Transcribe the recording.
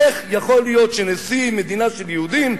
איך יכול להיות שנשיא מדינה של יהודים,